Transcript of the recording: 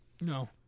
No